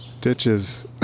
ditches